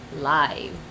live